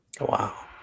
Wow